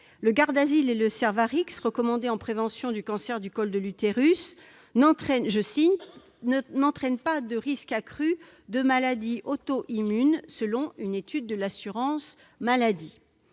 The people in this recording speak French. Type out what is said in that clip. Le Gardasil et le Cervarix, recommandés en prévention du cancer du col de l'utérus, « n'entraînent pas de risque accru de maladies auto-immunes », selon une étude de l'assurance maladie.